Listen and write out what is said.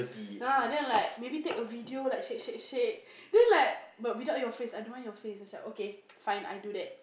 ya then like maybe take a video like shake shake shake then like but without your face I don't want your face I say okay fine I do that